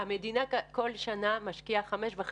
מה שעשינו הוא שיצרנו מצב שנכנסנו לאימונים תעסוקתיים באון-ליין.